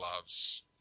loves